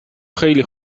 خیلی